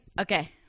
okay